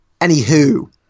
Anywho